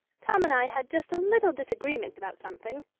tom and i had just a little disagreement about something,